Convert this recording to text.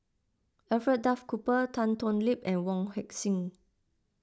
Alfred Duff Cooper Tan Thoon Lip and Wong Heck Sing